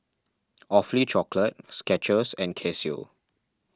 Awfully Chocolate Skechers and Casio